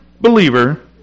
believer